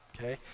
okay